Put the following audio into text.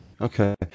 Okay